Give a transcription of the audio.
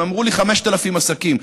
הם אמרו לי: 5,000 עסקים.